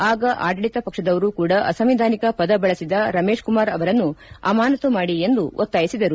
ಆಗ ಆಡಳಿತ ಪಕ್ಷದವರು ಕೂಡಾ ಅಸಂವಿಧಾನಿಕ ಪದ ಬಳಸಿದ ರಮೇಶ್ ಕುಮಾರ್ ಅವರನ್ನು ಅಮಾನತು ಮಾಡಿ ಎಂದು ಒತ್ತಾಯಿಸಿದರು